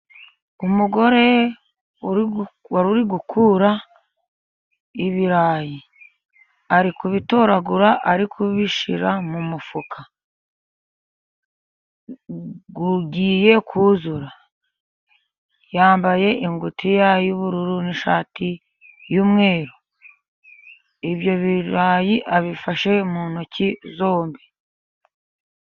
Umugore wari uri gukura ibirayi ari kubitoragura, ari kubishyira mu mufuka. Ugiye kuzura. Yambaye ingutiya y'ubururu n'ishati y'umweru. Ibyo birayi abifashe mu ntoki zombi.